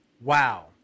Wow